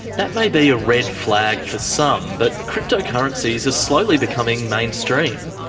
that may be a red flag for some, but cryptocurrencies are slowly becoming mainstream.